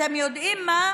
אתם יודעים מה,